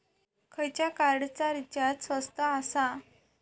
खयच्या कार्डचा रिचार्ज स्वस्त आसा?